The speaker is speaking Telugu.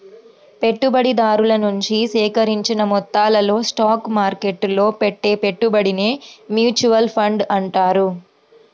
పెట్టుబడిదారుల నుంచి సేకరించిన మొత్తాలతో స్టాక్ మార్కెట్టులో పెట్టే పెట్టుబడినే మ్యూచువల్ ఫండ్ అంటారు